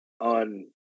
on